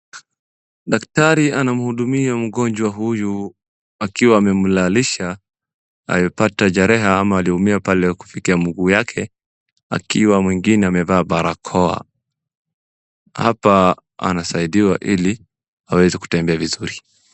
Daktari anamhudumia mgonjwa huyu akiwa amemlalisha alipata jeraha ama aliumia pale pa kufikia mguu yake akiwa mwingine amevaa barakoa. Hapa anasaidiwa ili aweze kutembea vizuri.